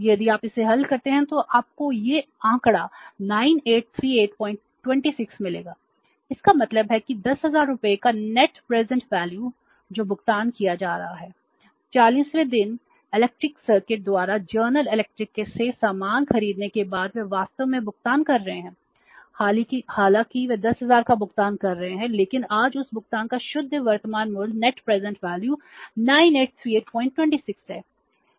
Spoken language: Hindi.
यदि आप इसे हल करते हैं तो आपको यह आंकड़ा 983826 मिलेगा इसका मतलब है कि 10000 रुपये का नेट प्रेजेंट वैल्यू से सामान खरीदने के बाद वे वास्तव में भुगतान कर रहे हैं हालांकि वे 10000 का भुगतान कर रहे हैं लेकिन आज उस भुगतान का शुद्ध वर्तमान मूल्य 983826 है